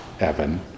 Evan